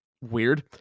Weird